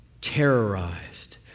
terrorized